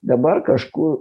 dabar kažkur